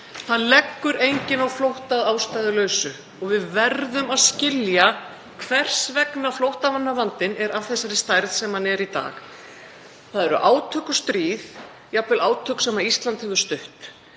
leggur á flótta að ástæðulausu og við verðum að skilja hvers vegna flóttamannavandinn er af þeirri stærð sem hann er í dag. Það eru átök og stríð, jafnvel átök sem Ísland hefur stutt.